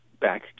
back